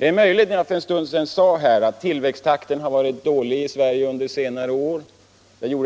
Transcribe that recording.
När jag för en stund sedan sade att tillväxttakten har varit dålig i Sverige under senare år är det